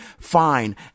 fine